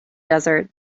desert